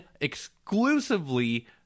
exclusively